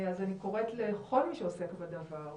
אז אני קוראת לכל מי שעוסק בדבר,